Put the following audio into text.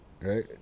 right